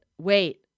Wait